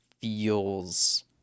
feels